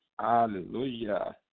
Hallelujah